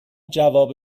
جواب